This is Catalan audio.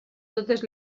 totes